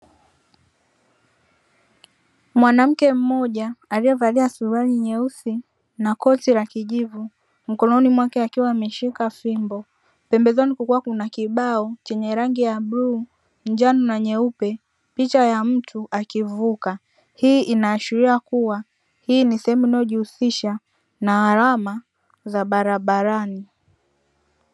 Mwanamke mmoja aliyevalia suruali nyeusi na koti la kijivu mkononi mwake akiwa ameshika fimbo, pembezoni kukiwa na kibao chenye rangi ya bluu, njano na nyeupe. Picha ya mtu akivuka, hii inaashiria kuwa hii ni sehemu inayojihusisha na alama za barabarani.